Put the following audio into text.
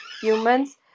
humans